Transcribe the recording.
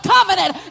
Covenant